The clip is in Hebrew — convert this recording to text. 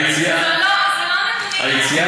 זה לא עובדה.